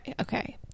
okay